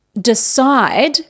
decide